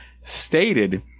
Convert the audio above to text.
stated